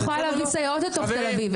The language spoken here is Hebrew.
אבל אני לא יכולה להביא סייעות מתוך תל אביב,